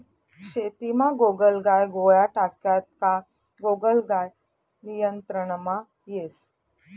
शेतीमा गोगलगाय गोळ्या टाक्यात का गोगलगाय नियंत्रणमा येस